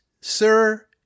sir